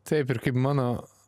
taip ir kaip mano